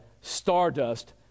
stardust